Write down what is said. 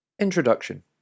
Introduction